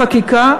בחקיקה,